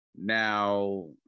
Now